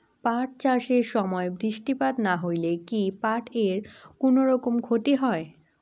পাট চাষ এর সময় বৃষ্টিপাত না হইলে কি পাট এর কুনোরকম ক্ষতি হয়?